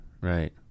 right